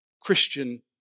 Christian